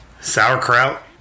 sauerkraut